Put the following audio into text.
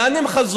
לאן הם חזרו?